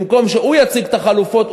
במקום שהוא יציג את החלופות,